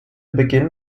beginn